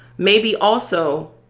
maybe also,